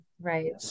right